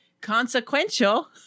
consequential